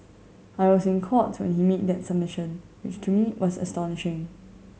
I was in Court when he made that submission which to me was astonishing